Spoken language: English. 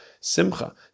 simcha